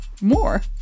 more